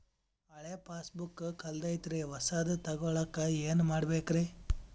ಹಳೆ ಪಾಸ್ಬುಕ್ ಕಲ್ದೈತ್ರಿ ಹೊಸದ ತಗೊಳಕ್ ಏನ್ ಮಾಡ್ಬೇಕರಿ?